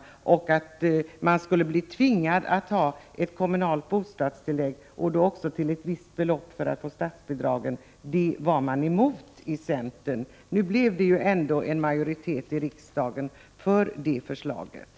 Centern var emot att kommunerna skulle bli tvingade att utbetala kommunalt bostadstillägg till ett visst belopp för att få statsbidrag. Nu blev det ändå en majoritet i riksdagen för det förslaget.